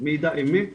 מידע אמת